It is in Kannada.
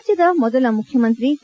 ರಾಜ್ಗದ ಮೊದಲ ಮುಖ್ಯಮಂತ್ರಿ ಕೆ